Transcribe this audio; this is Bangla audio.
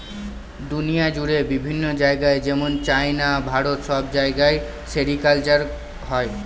দুনিয়া জুড়ে বিভিন্ন জায়গায় যেমন চাইনা, ভারত সব জায়গায় সেরিকালচার হয়